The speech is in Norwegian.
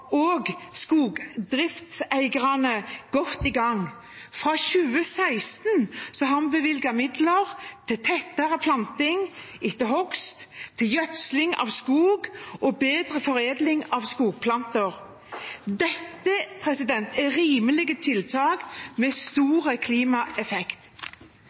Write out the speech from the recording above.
og skogdriftseierne godt i gang. Fra 2016 har vi bevilget midler til tettere planting etter hogst, sgjødsling av skog og bedre foredling av skogplanter. Dette er rimelige tiltak med